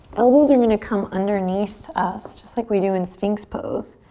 elbows are gonna come underneath us. just like we do in sphinx pose.